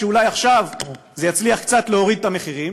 אולי עכשיו זה יצליח קצת להוריד את המחירים,